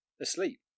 asleep